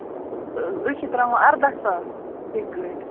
أسۍ چھِ ترٛاوان اَرداہ ساس سٮ۪کہِ گٲڑۍ